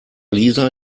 lisa